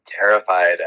terrified